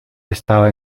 estaba